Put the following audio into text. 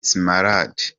smaragde